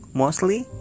mostly